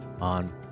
on